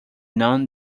none